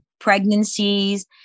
Pregnancies